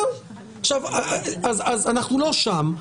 אנחנו לא שם,